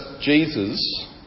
Jesus